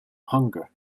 hunger